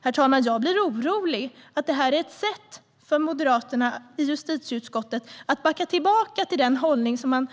Herr talman! Jag blir orolig att detta är ett sätt för Moderaterna i justitieutskottet att backa tillbaka till den hållning som de